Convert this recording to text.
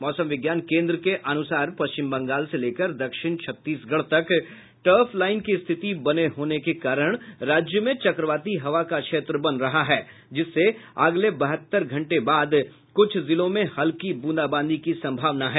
मौसम विज्ञान केन्द्र के अनुसार पश्चिम बंगाल से लेकर दक्षिण छत्तीसगढ़ तक टर्फ लाइन की स्थिति बने होने के कारण राज्य में चक्रवाती हवा का क्षेत्र बन रहा है जिससे अगले बहत्तर घंटे बाद कुछ जिलों में हल्की ब्रंदाबांदी की संभावना है